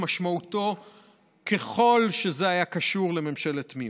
משמעותו ככל שזה היה קשור לממשלת מיעוט.